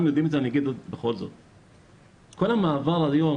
כל המעבר היום